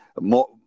more